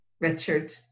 Richard